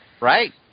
Right